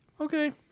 Okay